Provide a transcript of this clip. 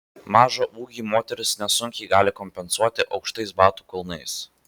mažą ūgį moterys nesunkiai gali kompensuoti aukštais batų kulnais